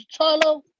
Charlo